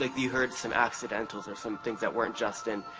like you heard some accidentals or some things that were just in.